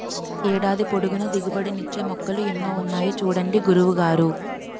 ఏడాది పొడుగునా దిగుబడి నిచ్చే మొక్కలు ఎన్నో ఉన్నాయి చూడండి గురువు గారు